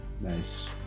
Nice